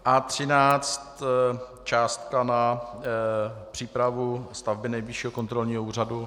A13 částka na přípravu stavby Nejvyššího kontrolního úřadu.